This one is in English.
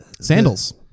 sandals